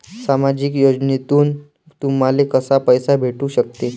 सामाजिक योजनेतून तुम्हाले कसा पैसा भेटू सकते?